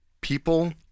people